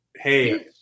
Hey